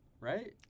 Right